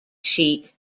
sheet